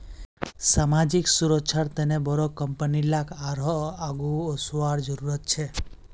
सामाजिक सुरक्षार तने बोरो कंपनी लाक आरोह आघु वसवार जरूरत छेक